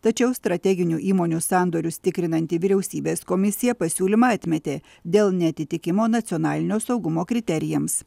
tačiau strateginių įmonių sandorius tikrinanti vyriausybės komisija pasiūlymą atmetė dėl neatitikimo nacionalinio saugumo kriterijams